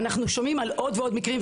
אנחנו שומעים על עוד ועוד מקרים,